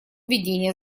ведения